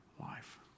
life